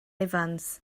evans